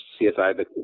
CSI